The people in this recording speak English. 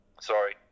Sorry